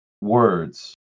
words